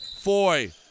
Foy